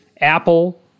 Apple